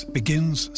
begins